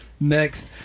next